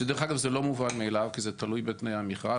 שדרך אגב זה לא מובן מאליו כי זה תלוי בתנאי המכרז.